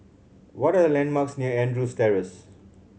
what are the landmarks near Andrews Terrace